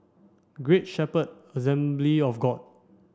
Great Shepherd Assembly of God